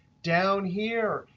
down here,